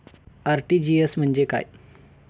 RTGS म्हणजे काय?